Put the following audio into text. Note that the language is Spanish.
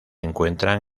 encuentran